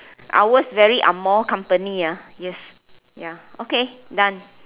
ours very angmoh company ah yes ya okay done